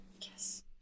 Yes